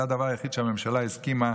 זה הדבר היחיד שהממשלה הסכימה,